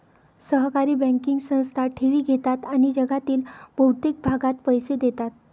सहकारी बँकिंग संस्था ठेवी घेतात आणि जगातील बहुतेक भागात पैसे देतात